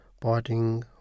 parting